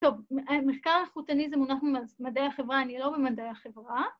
‫טוב, מחקר איכותני זה מונח ממדעי החברה, ‫אני לא במדעי החברה.